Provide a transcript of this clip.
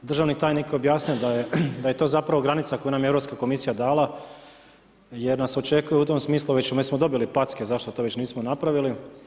Državni tajnik je objasnio da je to zapravo granica koju nam je Europska komisija dala, jer nas očekuju u tom smislu već smo dobili packe zašto to već nismo napravili.